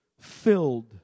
filled